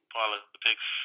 politics